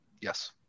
yes